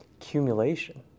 Accumulation